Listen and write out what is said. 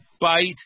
bite